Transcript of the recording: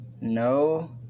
no